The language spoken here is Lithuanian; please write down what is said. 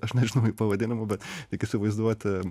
aš nežinau jų pavadinimų bet tik įsivaizduoti